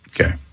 Okay